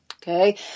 Okay